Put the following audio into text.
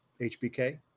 HBK